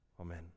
Amen